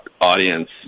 audience